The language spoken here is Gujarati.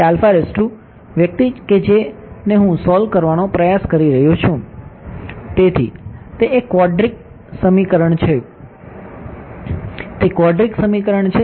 તે વ્યક્તિ છે કે જેને હું સોલ્વ કરવાનો પ્રયાસ કરી રહ્યો છું તેથી તે એક ક્વોડ્રિક સમીકરણ છે તે ક્વોડ્રિક સમીકરણ છે